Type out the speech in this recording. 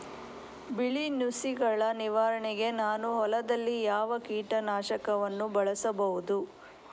ಬಿಳಿ ನುಸಿಗಳ ನಿವಾರಣೆಗೆ ನಾನು ಹೊಲದಲ್ಲಿ ಯಾವ ಕೀಟ ನಾಶಕವನ್ನು ಬಳಸಬಹುದು?